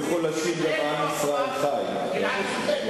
לשיר "עם ישראל חי".